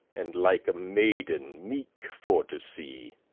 and like a maiden meek for to see.